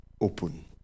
open